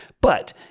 But-